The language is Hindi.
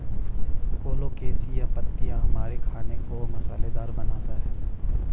कोलोकेशिया पत्तियां हमारे खाने को मसालेदार बनाता है